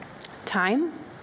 Time